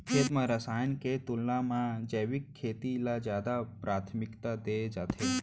खेत मा रसायन के तुलना मा जैविक खेती ला जादा प्राथमिकता दे जाथे